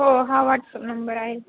हो हा WhatsApp number आहे